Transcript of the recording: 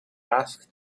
asked